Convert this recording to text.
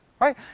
right